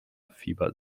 fieber